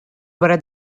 wara